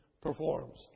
performs